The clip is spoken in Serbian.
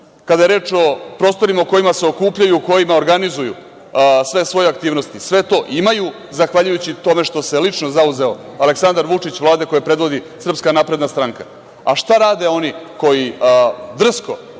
kada je reč o prostorima o kojima se okupljaju, kojima organizuju sve svoje aktivnosti, sve to imaju zahvaljujući tome što se lično zauzeo Aleksandar Vučić, vlada koju predvodi Sprska napredna stranka. Šta rade oni koji drsko